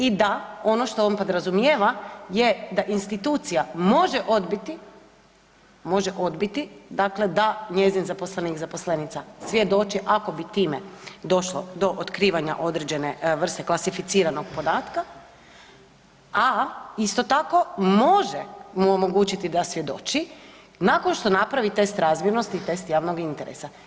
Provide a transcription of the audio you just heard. I da, ono što on podrazumijeva je da institucija može odbiti, može odbiti dakle da njezin zaposlenik, zaposlenica svjedoči ako bi time došlo do otkrivanja određene vrste klasificiranog podatka, a isto tako može mu omogućiti da svjedoči nakon što napravi test razmjernosti i test javnog interesa.